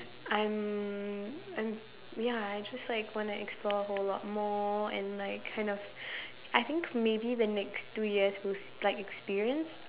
I'm I'm ya I just like want to explore a whole lot more and like kind of I think maybe the next two years we'll like experience